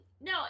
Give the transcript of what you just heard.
No